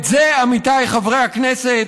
את זה, עמיתיי חברי הכנסת,